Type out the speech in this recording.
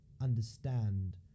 understand